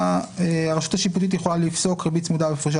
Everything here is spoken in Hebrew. הרשות השיפוטית יכולה לפסוק ריבית צמודה והפרשי